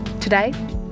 Today